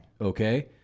Okay